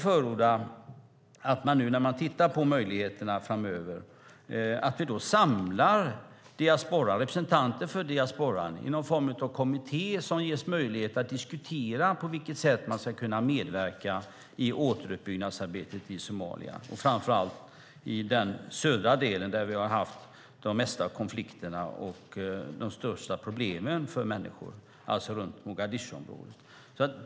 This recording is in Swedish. När man nu tittar på möjligheterna framöver förordar jag att man samlar representanter för diasporan i någon form av kommitté som ges möjlighet att diskutera på vilket sätt man ska kunna medverka i återuppbyggnadsarbetet i Somalia och framför allt i den södra delen där det har varit mest konflikter och störst problem för människor, alltså runt Mogadishuområdet.